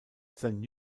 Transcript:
sein